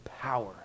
power